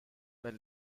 were